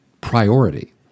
priority